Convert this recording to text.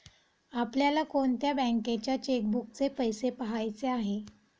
आपल्याला कोणत्या बँकेच्या चेकबुकचे पैसे पहायचे आहे?